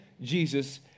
Jesus